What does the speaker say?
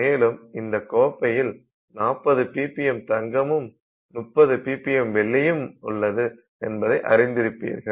மேலும் இந்த கோப்பையில் 40ppm தங்கமும் 330 ppm வெள்ளியும் உள்ளது என்பதை அறிந்திருப்பீர்கள்